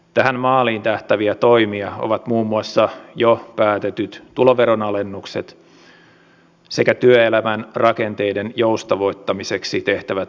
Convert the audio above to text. tähän maaliin tähtääviä toimia ovat muun muassa jo päätetyt tuloveronalennukset sekä työelämän rakenteiden joustavoittamiseksi tehtävät uudistukset